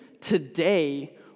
today